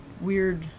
weird